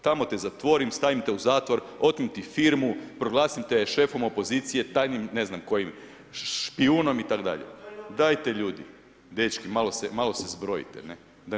Tamo te zatvorim, stavim te u zatvor, otmem ti firmu , proglasim te šefom opozicije, tajnim, ne znam kojim špijunom itd. dajte ljudi, dečki, malo se zbrojite, ne.